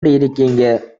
இருக்கீங்க